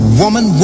woman